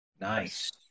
Nice